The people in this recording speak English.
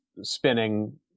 spinning